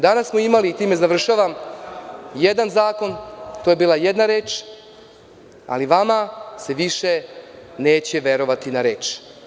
Danas smo imali jedan zakon, to je bila jedna reč, ali vama se više neće verovati na reč.